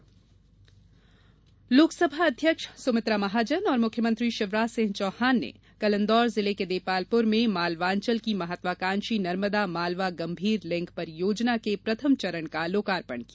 Narmada link परियोजना लोकसभा अध्यक्ष सुमित्रा महाजन और मुख्यमंत्री शिवराज सिंह चौहान ने कल इंदौर जिले के देपालपुर में मालवांचल की महत्वाकांक्षी नर्मदा मालवा गंभीर लिंक परियोजना के प्रथम चरण का लोकार्पण किया